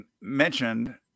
mentioned